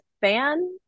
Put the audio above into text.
fan